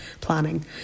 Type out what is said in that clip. planning